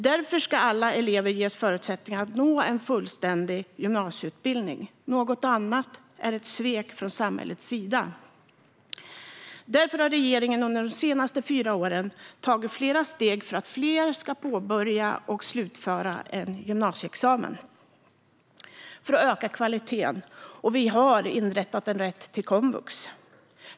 Därför ska alla elever ges förutsättningar att nå en fullständig gymnasieutbildning. Allt annat är ett svek från samhällets sida. Regeringen har därför under de senaste fyra åren tagit flera steg för att fler ska påbörja och slutföra en gymnasieexamen och för att öka kvaliteten, och vi har inrättat en rätt till komvux.